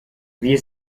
wir